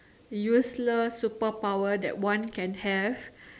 useless superpower that one can have